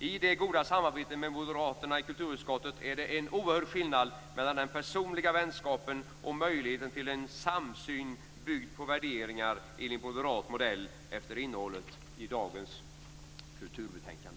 I det goda samarbetet med moderaterna i kulturutskottet är det en oerhörd skillnad mellan den personliga vänskapen och möjligheten till en samsyn byggd på värderingar enligt moderat modell efter innehållet i dagens kulturbetänkande.